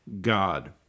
God